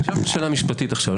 אני אשאל אותך שאלה משפטית עכשיו.